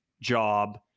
job